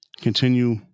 Continue